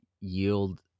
yield